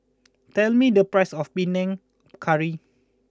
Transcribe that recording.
tell me the price of Panang Curry